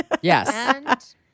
Yes